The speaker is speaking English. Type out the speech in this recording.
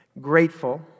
grateful